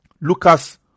Lucas